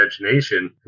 Imagination